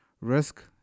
risk